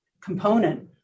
component